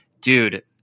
dude